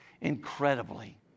incredibly